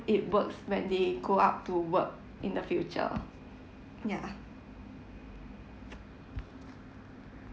it works when they go out to work in the future yeah